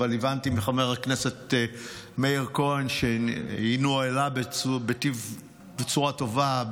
אבל הבנתי מחבר הכנסת מאיר כהן שהיא נוהלה בצורה טובה,